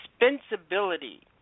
indispensability